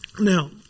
now